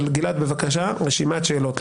גלעד, בבקשה רשימת שאלות.